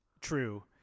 True